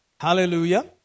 Hallelujah